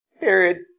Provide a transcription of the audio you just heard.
Period